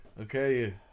Okay